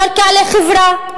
קרקע לחברה,